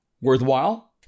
Worthwhile